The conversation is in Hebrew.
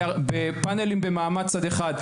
בפנלים במעמד צד אחד,